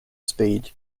speed